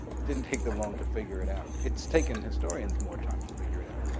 it didn't take them long to figure it out. it's taken historians more time to figure it out.